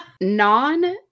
non